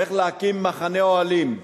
צריך להקים מחנה אוהלים.